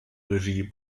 regie